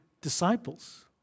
disciples